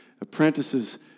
apprentices